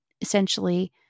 essentially